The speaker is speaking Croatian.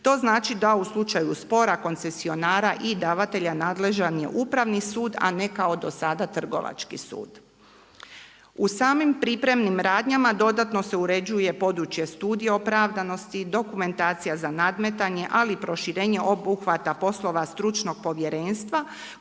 To znači da u slučaju spora koncesionara i davatelja nadležan je Upravni sud, a ne kao do sada Trgovački sud. U samim pripravnim radnjama dodatno se uređuje područje studije opravdanosti, dokumentacija za nadmetanje, ali i proširenje obuhvata poslova stručnog povjerenstva